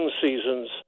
seasons